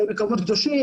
מקומות קדושים,